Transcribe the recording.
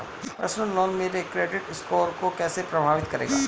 Personal loan मेरे credit score को कैसे प्रभावित करेगा?